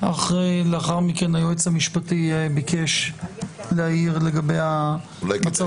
לאחר מכן היועץ המשפטי ביקש להעיר לגבי המצב